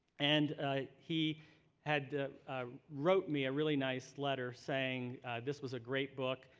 and he had wrote me a really nice letter saying this was a great book.